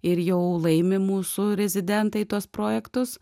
ir jau laimi mūsų rezidentai tuos projektus